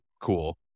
cool